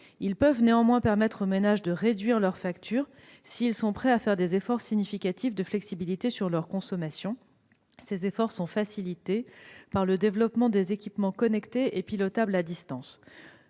Ils peuvent néanmoins permettre aux ménages de réduire leur facture, si ces derniers sont prêts à faire des efforts significatifs de flexibilité sur leur consommation. Ces efforts sont facilités par le développement des équipements connectés et pilotables à distance.